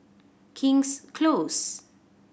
King's Close